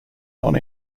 non